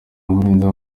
nkurunziza